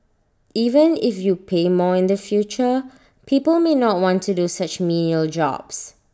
even if you pay more in the future people may not want to do such menial jobs